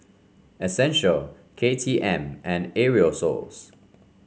Essential K T M and Aerosoles